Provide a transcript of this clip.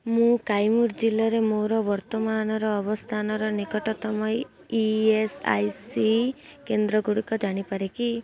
ମୁଁ କାଇମୁର ଜିଲ୍ଲାରେ ମୋର ବର୍ତ୍ତମାନର ଅବସ୍ଥାନର ନିକଟତମ ଇ ଏସ୍ ଆଇ ସି କେନ୍ଦ୍ରଗୁଡ଼ିକ ଜାଣିପାରେ କି